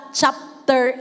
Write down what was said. chapter